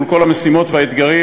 מול כל המשימות והאתגרים,